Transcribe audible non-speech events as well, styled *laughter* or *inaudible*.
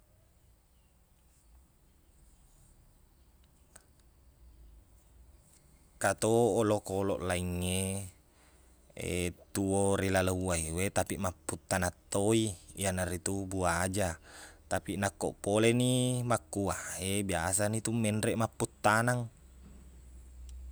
engka to olokkoloq laing e *hesitation* tuo ri laleng waewe tapi mapputtanaq to i iyana ritu buaja tapi nakko poleni makkuwae biasani tu menreq mapputtaneng